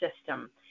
system